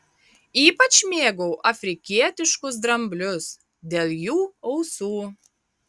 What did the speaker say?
ypač mėgau afrikietiškus dramblius dėl jų ausų